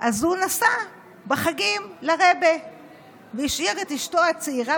הוא נסע בחגים לרעבע והשאיר את אשתו הצעירה